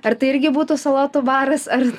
ar tai irgi būtų salotų baras ar